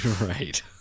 Right